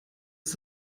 ist